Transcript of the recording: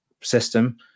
system